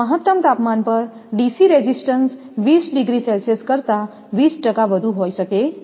મહત્તમ તાપમાન પર ડીસી રેઝિસ્ટન્સ 20 ડિગ્રી સેલ્સિયસ કરતા 20 ટકા વધુ હોઈ શકે છે